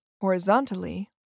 horizontally